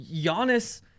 Giannis